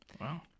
Wow